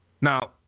Now